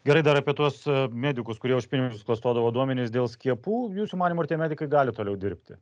gerai dar apie tuos medikus kurie už pinigus klastodavo duomenis dėl skiepų jūsų manymu ar tie medikai gali toliau dirbti